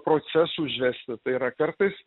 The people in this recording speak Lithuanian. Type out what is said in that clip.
procesų užvesti tai yra kartais